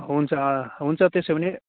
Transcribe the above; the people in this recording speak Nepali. हुन्छ हुन्छ त्यसो भने